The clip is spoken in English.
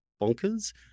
bonkers